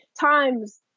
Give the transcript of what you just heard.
times